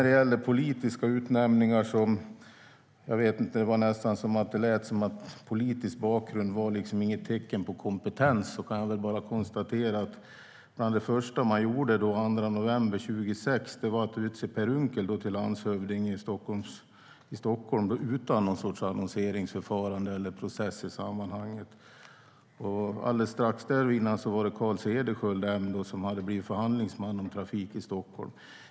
Beträffande politiska utnämningar lät det nästan som att politisk bakgrund inte skulle vara något tecken på kompetens. Men bland det första man gjorde efter valet 2006 var att den 2 november utse Per Unckel till landshövding i Stockholms län utan någon sorts annonseringsförfarande eller dylik process. Strax dessförinnan hade Carl Cederschiöld blivit förhandlingsman i frågan om trafik i Stockholm.